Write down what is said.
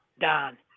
Don